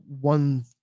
one